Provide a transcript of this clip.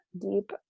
deep